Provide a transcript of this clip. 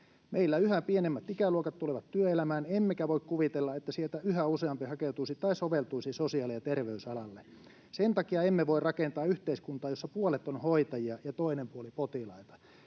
Meillä yhä pienemmät ikäluokat tulevat työelämään, emmekä voi kuvitella, että sieltä yhä useampi hakeutuisi tai soveltuisi sosiaali- ja terveysalalle. Sen takia emme voi rakentaa yhteiskuntaa, jossa puolet on hoitajia ja toinen puoli potilaita.”